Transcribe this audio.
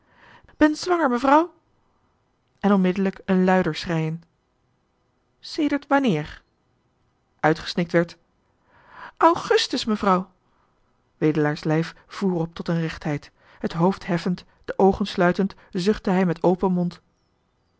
zwanger mevrouw en onmiddellijk een luider schreien sedert wanneer uitgesnikt werd augustus mevrouw wedelaar's lijf voer op tot een rechtheid het hoofd heffend de oogen sluitend zuchtte hij met open mond